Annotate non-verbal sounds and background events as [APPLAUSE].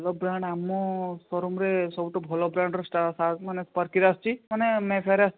ଭଲ ବ୍ରାଣ୍ଡ୍ ଆମ ସୋରୁମ୍ରେ ସବୁଠୁ ଭଲ ବ୍ରାଣ୍ଡ୍ ମାନେ ସ୍ପରକିର ଆସିଛି ମାନେ [UNINTELLIGIBLE] ଆସିଚି